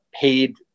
paid